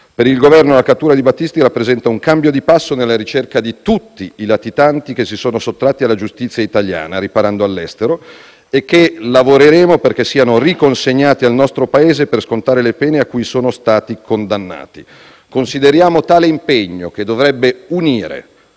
Per il Governo la cattura di Battisti rappresenta un cambio di passo nella ricerca di tutti i latitanti che si sono sottratti alla giustizia italiana riparando all'estero e lavoreremo perché siano riconsegnati al nostro Paese per scontare le pene cui sono stati condannati. Consideriamo tale impegno, che dovrebbe unire